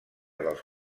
dels